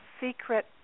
secret